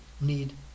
need